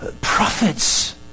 Prophets